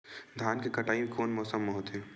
धान के कटाई कोन मौसम मा होथे?